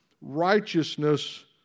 righteousness